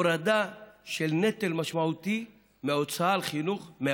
והייתה הורדה של נטל משמעותי מההורים בהוצאה על חינוך.